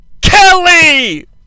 Kelly